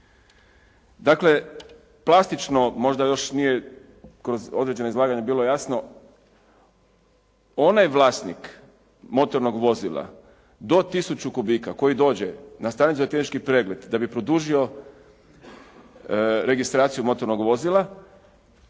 Dakle, plastično možda još nije kroz određena izlaganja bilo jasno onaj vlasnik motornog vozila do 1000 kubika koji dođe na stanicu za tehnički pregled da bi produžio registraciju motornog vozila